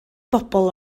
bobl